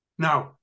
now